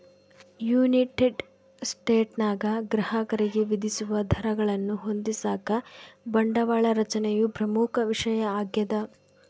United ಸ್ಟೇಟ್ಸ್ನಾಗ ಗ್ರಾಹಕರಿಗೆ ವಿಧಿಸುವ ದರಗಳನ್ನು ಹೊಂದಿಸಾಕ ಬಂಡವಾಳ ರಚನೆಯು ಪ್ರಮುಖ ವಿಷಯ ಆಗ್ಯದ